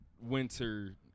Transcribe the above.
winter